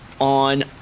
on